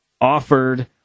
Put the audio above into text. offered